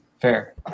Fair